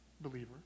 believer